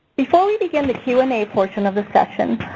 before we begin the q and a portion of the session,